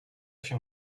się